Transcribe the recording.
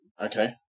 Okay